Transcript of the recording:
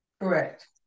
correct